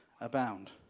abound